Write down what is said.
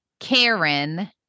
Karen